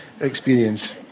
experience